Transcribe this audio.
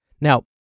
Now